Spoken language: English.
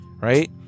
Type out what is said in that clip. Right